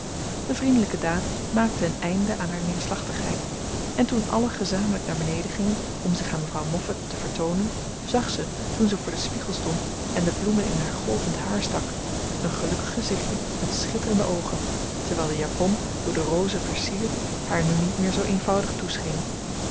de vriendelijke daad maakte een einde aan haar neerslachtigheid en toen allen gezamenlijk naar beneden gingen om zich aan mevrouw moffat te vertoonen zag ze toen ze voor den spiegel stond en de bloemen in haar golvend haar stak een gelukkig gezichtje met schitterende oogen terwijl de japon door de rozen versierd haar nu niet meer zoo eenvoudig